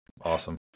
awesome